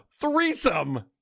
threesome